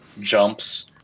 jumps